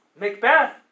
Macbeth